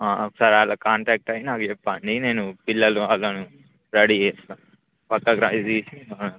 ఒకసారి వాళ్ళకి కాంటాక్ట్ అయి నాకు చెప్పండి నేను పిల్లలు వాళ్ళను రెడీ చేస్తాను